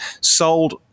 sold